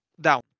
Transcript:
down